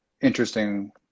interesting